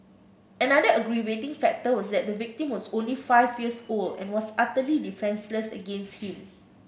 another aggravating factor was that the victim was only five years old and was utterly defenceless against him